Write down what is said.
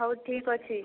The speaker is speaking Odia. ହଉ ଠିକ୍ ଅଛି